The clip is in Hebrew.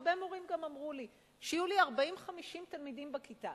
גם הרבה מורים אמרו לי: שיהיו לי 40 50 תלמידים בכיתה.